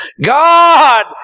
God